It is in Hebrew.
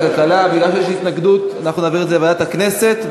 שיש התנגדות אנחנו נעביר את זה לוועדת הכנסת,